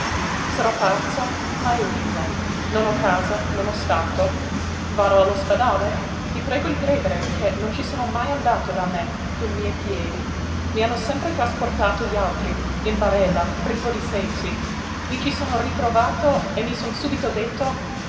sarò pazzo ma io vivo non ho casa non ho stato ado all ospedale i prego di credere che non ci sono mai andato da me coi miei piedi mi ci hanno sempre trasportato gli altri in barella privo di sensi i ci sono ritrovato e mi son subito detto